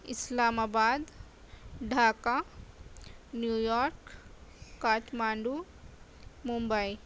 اسلام آباد Dhaka New York Kathmandu Mumbai